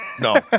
No